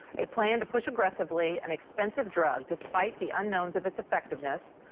a plan to push aggressively an expensive drug despite the unknowns of its effectiveness.